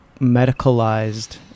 medicalized